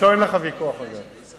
אתו אין לך ויכוח, אגב.